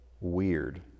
weird